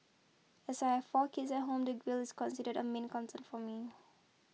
as I four kids at home the grille is considered a main concern for me